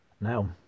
Now